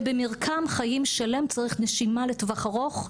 ובמרקם חיים שלם צריך נשימה לטווח ארוך,